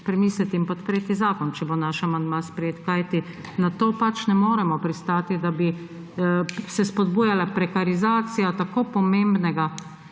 premisliti in podpreti zakon, če bo naš amandma sprejet, kajti na to pač ne moremo pristati, da bi se spodbujala prekarizacija tako pomembnega